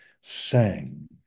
sang